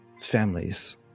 families